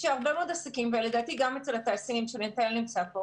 אנחנו רואים שגם הן עושות